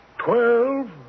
Twelve